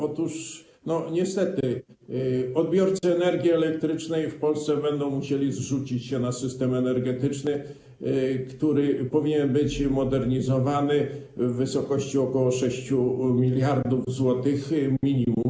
Otóż, niestety, odbiorcy energii elektrycznej w Polsce będą musieli zrzucić się na system energetyczny, który powinien być modernizowany w wysokości ok. 6 mld zł minimum.